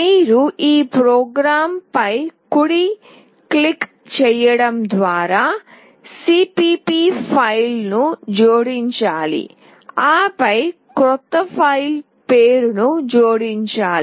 మీరు మీ ప్రోగ్రామ్ పై కుడి క్లిక్ చేయడం ద్వారా cpp ఫైల్ను జోడించాలి ఆపై క్రొత్త ఫైల్ పేరును జోడించాలి